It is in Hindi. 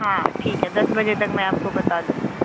हाँ ठीक है दस बजे तक मैं आपको बता दूँगी